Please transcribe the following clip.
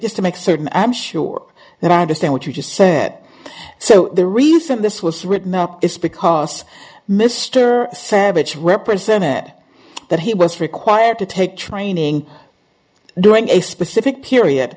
just to make certain am sure that i understand what you just said so the reason this was written up is because mr savage represented that he was required to take training during a specific period